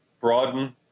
broaden